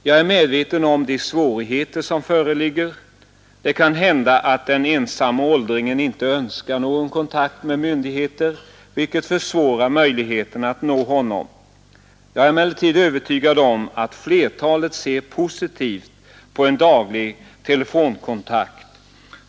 Jag är medveten om de svårigheter som föreligger. Det kan hända att den ensamme åldringen inte önskar någon kontakt med myndigheter vilket försvårar möjligheterna att nå honom. Jag är emellertid övertygad om att flertalet ser positivt på en daglig telefonkontakt.